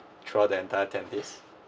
throughout the entire ten days